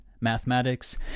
mathematics